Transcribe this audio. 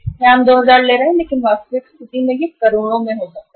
यहां हम 2000 ले रहे हैं लेकिन वास्तविक स्थिति में यह करोड़ों में हो सकता है